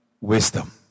wisdom